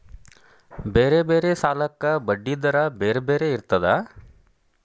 ಬೇರೆ ಬೇರೆ ಸಾಲಕ್ಕ ಬಡ್ಡಿ ದರಾ ಬೇರೆ ಬೇರೆ ಇರ್ತದಾ?